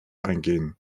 eingehen